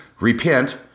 repent